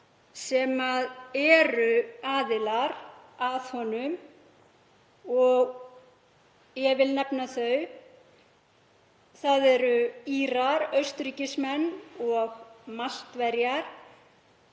sem eru aðilar að honum og ég vil nefna þau. Það eru Írar, Austurríkismenn og Maltverjar